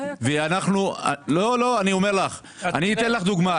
אני אתן לך דוגמה,